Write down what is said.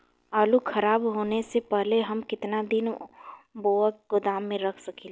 आलूखराब होने से पहले हम केतना दिन वोके गोदाम में रख सकिला?